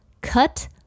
cut